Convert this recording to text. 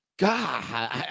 God